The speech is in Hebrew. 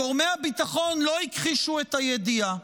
גורמי הביטחון לא הכחישו את הידיעה.